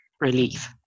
relief